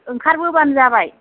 ओंखारबोबानो जाबाय